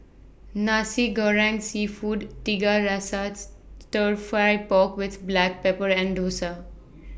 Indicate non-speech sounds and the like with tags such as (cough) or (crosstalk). Nasi Goreng Seafood Tiga Rasa (noise) Stir Fry Pork with Black Pepper and Dosa